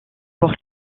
pour